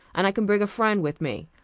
and i can bring a friend with me.